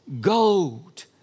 gold